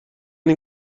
این